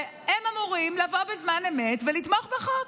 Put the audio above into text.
והם אמורים לבוא בזמן אמת ולתמוך בחוק.